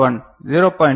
1 0